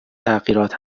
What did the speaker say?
تغییرات